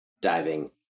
diving